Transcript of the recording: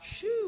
Shoo